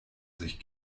sich